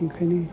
ओंखायनो